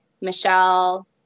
Michelle